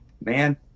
man